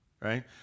right